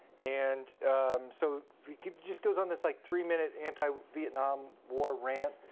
and so he just goes on this like three minute anti-vietnam war rant,